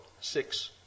six